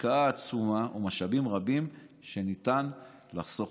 השקעה עצומה ומאמצים רבים שניתן לחסוך.